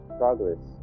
progress